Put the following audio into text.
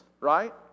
right